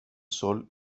sol